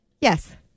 Yes